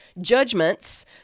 judgments